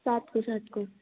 सातगो सातगो